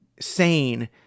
sane